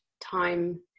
time